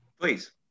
Please